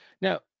Now